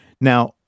Now